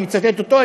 אני מצטט אותו,